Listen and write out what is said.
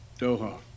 doha